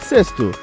Sexto